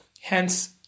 Hence